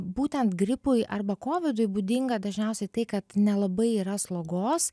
būtent gripui arba kovidui būdinga dažniausiai tai kad nelabai yra slogos